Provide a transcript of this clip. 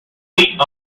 seat